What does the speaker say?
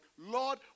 Lord